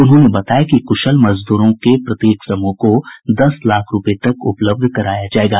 उन्होंने बताया कि कुशल मजदूरों के प्रत्येक समूह को दस लाख रूपये तक उपलब्ध कराया जायेगा